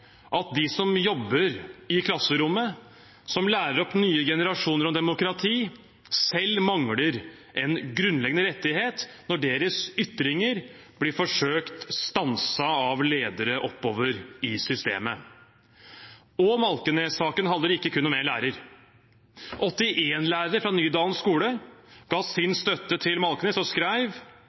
at de som jobber i klasserommet, som lærer nye generasjoner om demokrati, selv mangler en grunnleggende rettighet, når deres ytringer blir forsøkt stanset av ledere oppover i systemet. Malkenes-saken handler ikke kun om én lærer. 81 lærere fra Nydalen videregående skole ga sin støtte til Malkenes og